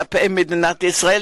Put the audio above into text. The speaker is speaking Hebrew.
כלפי מדינת ישראל,